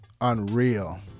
unreal